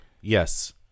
Yes